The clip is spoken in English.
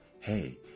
hey